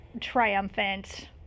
triumphant